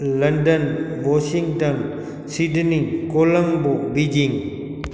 London Washington Sydney Colombo Beijing